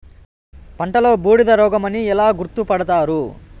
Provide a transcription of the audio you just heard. పంటలో బూడిద రోగమని ఎలా గుర్తుపడతారు?